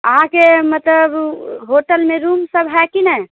अहाँके मतलब होटलमे रूम सब हय की नहि